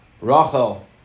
Rachel